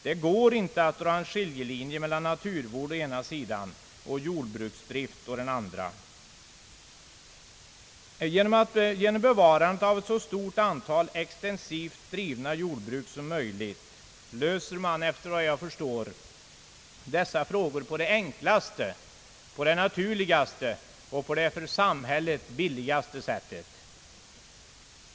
Det går inte att dra en skiljelinje mellan naturvård å ena sidan och jordbruksdrift å andra sidan. Genom bevarandet av ett så stort antal extensivt drivna jordbruk som möjligt löser man, efter vad jag förstår, dessa frågor på det enklaste, naturligaste och för samhället billigaste sättet.